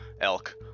Elk